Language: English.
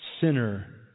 sinner